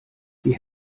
sie